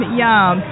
yum